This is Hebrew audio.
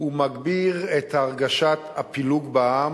הוא מגביר את הרגשת הפילוג בעם,